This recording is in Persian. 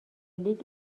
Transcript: لیگ